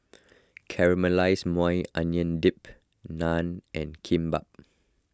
Caramelized Maui Onion Dip Naan and Kimbap